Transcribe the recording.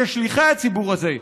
כשליחי הציבור הזה,